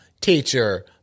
teacher